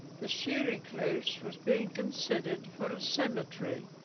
the shearing close was being considered for a cemetery